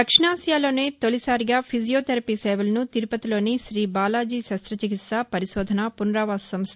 దక్షిణాసియాలోనే తొలిసారిగా ఫిజియోథెరపి సేవలను తిరుపతిలోని శీబాలాజీ శృష్త్రచికిత్స పరిశోధన పునరావాస సంస్ల